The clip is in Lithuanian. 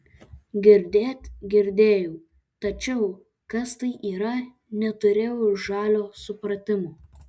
girdėt girdėjau tačiau kas tai yra neturėjau žalio supratimo